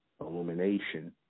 illumination